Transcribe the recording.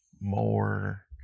more